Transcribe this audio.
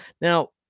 now